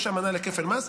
יש אמנה לכפל מס.